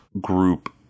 group